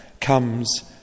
Comes